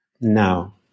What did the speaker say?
now